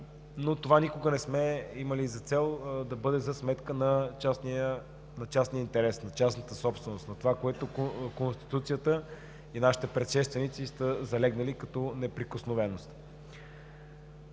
но никога не сме имали за цел това да бъде за сметка на частния интерес, на частната собственост, на това, което Конституцията и нашите предшественици са заложили като неприкосновеност.